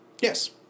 Yes